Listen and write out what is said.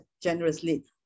generously